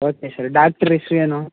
okay sir doctor ಹೆಸ್ರು ಏನು